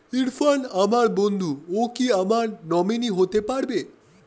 ইরফান আমার বন্ধু ও কি আমার নমিনি হতে পারবে?